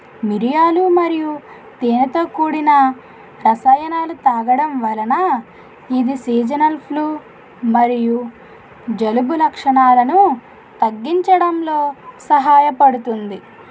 మిరియాలు మరియు తేనెతో కూడిన రసాయనాలు తాగడం వలన ఇది సీజనల్ ప్లూ మరియు జలుబు లక్షణాలను తగ్గించడంలో సహాయపడుతుంది